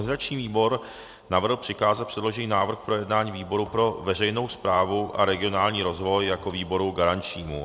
Organizační výbor navrhl přikázat předložený návrh k projednání výboru pro veřejnou správu a regionální rozvoj jako výboru garančnímu.